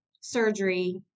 surgery